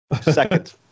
Second